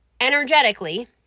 energetically